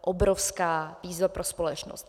Obrovská výzva pro společnost.